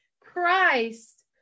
Christ